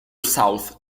south